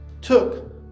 took